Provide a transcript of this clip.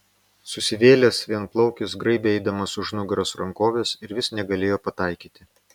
susivėlęs vienplaukis graibė eidamas už nugaros rankoves ir vis negalėjo pataikyti